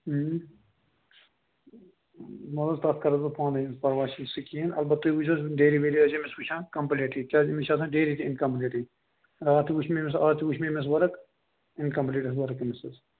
وۅلہٕ حظ تتھ کرس بہٕ پانے پرواے چھُنہٕ سُہ کیٚنٛہہ اَلبتہٕ تُہۍ وُِچھزیٚوس ڈایری وایری ٲسۍزیٚو أمِس وُچھان کَمپُلیٖٹ کیٛاز أمِس چھِ آسان ڈیلی یہِ تہِ اِن کمپُلیٖٹٕے رات تہِ وُچھ مےٚ أمِس اَز تہِ وُچھ مےٚ أمِس ؤرٕک اِن کمپُلیٖٹ ٲس ؤرٕک أمِس حظ